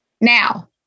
now